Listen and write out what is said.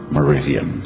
Meridian